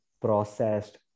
processed